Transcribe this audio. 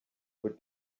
could